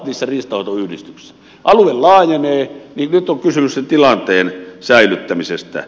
kun alue laajenee niin nyt on kysymys sen tilanteen säilyttämisestä